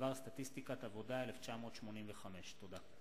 בדבר סטטיסטיקת עבודה, 1985. תודה.